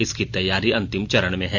इसकी तैयारी अंतिम चरण में है